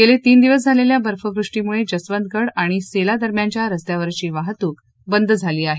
गेले तीन दिवस झालेल्या बर्फवृष्टीमुळे जसवंतगढ आणि सेला दरम्यानच्या रस्त्यावरची वाहतूक बंद झाली आहे